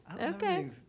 Okay